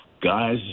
guys